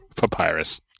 Papyrus